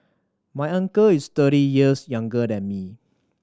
my uncle is thirty years younger than me